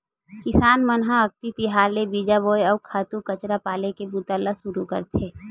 किसान मन ह अक्ति तिहार ले बीजा बोए, अउ खातू कचरा पाले के बूता ल सुरू करथे